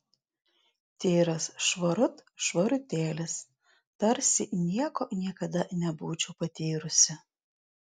tyras švarut švarutėlis tarsi nieko niekada nebūčiau patyrusi